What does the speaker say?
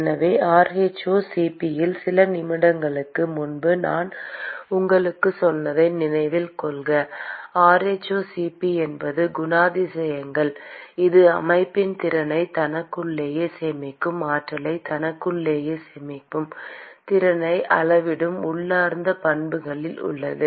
எனவே rhoCp சில நிமிடங்களுக்கு முன்பு நான் உங்களுக்குச் சொன்னதை நினைவில் கொள்க rhoCp என்பது குணாதிசயங்கள் இது அமைப்பின் திறனை தனக்குள்ளேயே சேமிக்கும் ஆற்றலை தனக்குள்ளேயே சேமிக்கும் திறனை அளவிடும் உள்ளார்ந்த பண்புகளில் உள்ளது